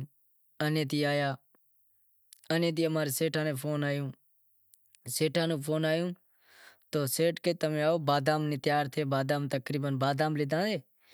تمیں ش وں پگہار لیشو پٹائی ہارو کرے۔